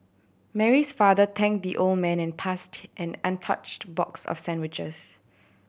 Mary's father thank the old man and passed him an untouched box of sandwiches